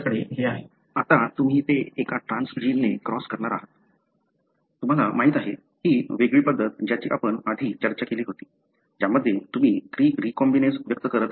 आता तुम्ही ते एका ट्रान्सजीनने क्रॉस करणार आहात तुम्हाला माहिती आहे ही वेगळी पद्धत ज्याची आपण आधी चर्चा केली होती ज्यामध्ये तुम्ही क्री रीकॉम्बिनेज व्यक्त करत आहात